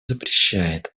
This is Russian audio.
запрещает